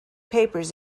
papers